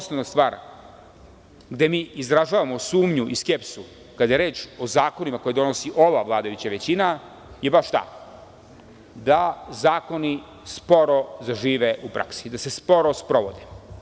Osnovna stvar gde mi izražavamo sumnju i skepsu kada je reč o zakonima koje donosi ova vladajuća većina je baš ta da zakoni sporo zažive u praksi, da se sporo sprovode.